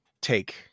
take